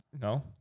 no